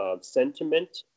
sentiment